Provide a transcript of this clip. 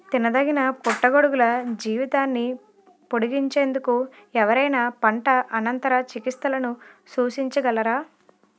తినదగిన పుట్టగొడుగుల జీవితాన్ని పొడిగించేందుకు ఎవరైనా పంట అనంతర చికిత్సలను సూచించగలరా?